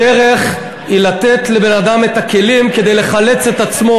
הדרך היא לתת לבן-אדם את הכלים כדי לחלץ את עצמו,